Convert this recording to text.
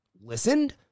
listened